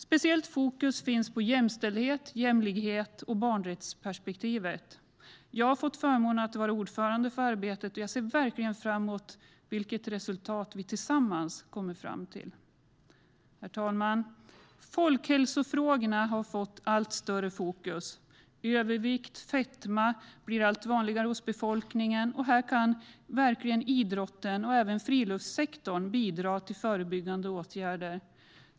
Speciellt fokus finns på jämställdhet, jämlikhet och barnrättsperspektivet. Jag har fått förmånen att vara ordförande för arbetet, och jag ser verkligen fram emot resultatet vi tillsammans kommer fram till. Herr talman! Folkhälsofrågorna har fått allt större fokus. Övervikt och fetma blir allt vanligare hos befolkningen. Här kan idrotten och även friluftssektorn bidra till förebyggande åtgärder.